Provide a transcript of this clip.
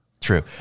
True